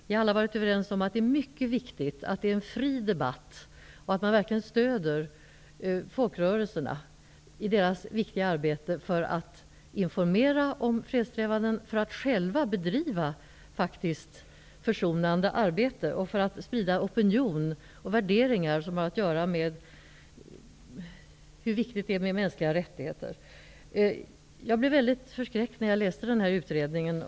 Vi har alla varit överens om att det är mycket viktigt med en fri debatt och att folkrörelserna stöds i deras viktiga arbete att informera om fredssträvanden, att bedriva försonande arbete och för att väcka opinion och sprida värderingar om hur viktigt det är med mänskliga rättigheter. Jag blev förskräckt när jag läste utredningen.